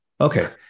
Okay